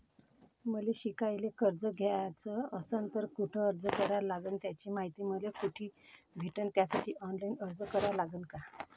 मले शिकायले कर्ज घ्याच असन तर कुठ अर्ज करा लागन त्याची मायती मले कुठी भेटन त्यासाठी ऑनलाईन अर्ज करा लागन का?